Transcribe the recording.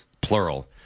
plural